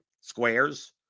squares